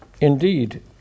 Indeed